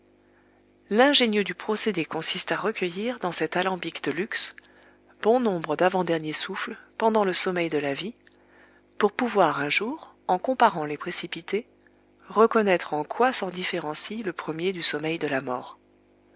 l'ingénieux du procédé consiste à recueillir dans cet alambic de luxe bon nombre davant derniers souffles pendant le sommeil de la vie pour pouvoir un jour en comparant les précipités reconnaître en quoi s'en différencie le premier du sommeil de la mort